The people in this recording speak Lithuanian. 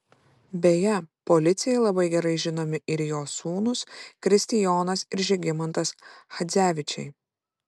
beje policijai labai gerai žinomi ir jo sūnūs kristijonas ir žygimantas chadzevičiai